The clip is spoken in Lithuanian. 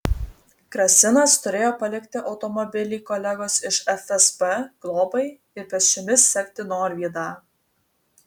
krasinas turėjo palikti automobilį kolegos iš fsb globai ir pėsčiomis sekti norvydą